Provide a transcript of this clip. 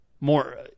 More